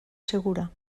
segura